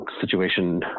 situation